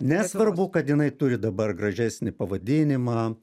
nesvarbu kad jinai turi dabar gražesnį pavadinimą